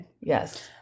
Yes